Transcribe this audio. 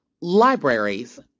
libraries